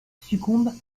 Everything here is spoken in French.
succombe